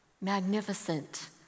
magnificent